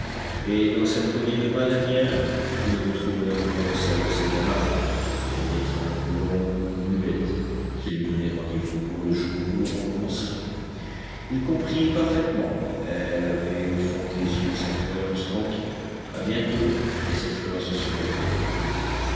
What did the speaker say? et dans cette poignée de main dernière il retrouvait encore celle des camarades une étreinte longue muette qui lui donnait rendez-vous pour le jour où l'on recommencerait il comprit parfaitement elle avait au fond des yeux sa croyance tranquille a bientôt et cette fois ce serait le grand coup